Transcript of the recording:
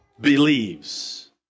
believes